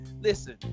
listen